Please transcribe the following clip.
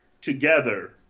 together